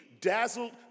dazzled